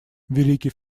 великий